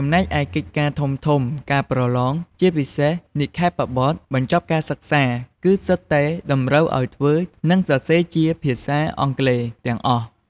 ចំណែកឯកិច្ចការធំៗ ការប្រឡង និងជាពិសេស និក្ខេបបទបញ្ចប់ការសិក្សា គឺសុទ្ធតែតម្រូវឱ្យធ្វើ និងសរសេរជា ភាសាអង់គ្លេស ទាំងអស់។